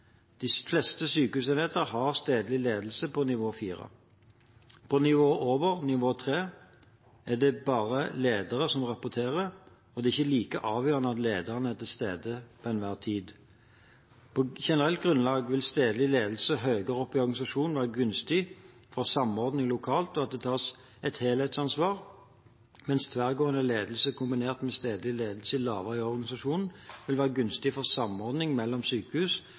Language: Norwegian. De fleste sykehusenheter har stedlig ledelse på nivå 4. På nivået over, nivå 3, er det bare ledere som rapporterer, og det er ikke like avgjørende at lederen er til stede til enhver tid. På generelt grunnlag vil stedlig ledelse høyere oppe i organisasjonen være gunstig for samordning lokalt og at det tas et helhetsansvar, mens tverrgående ledelse kombinert med stedlig ledelse lavere i organisasjonen vil være gunstig for samordning mellom sykehus,